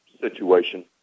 situation